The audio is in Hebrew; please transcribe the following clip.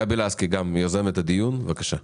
גבי לסקי גם יוזמת הדיון, בבקשה.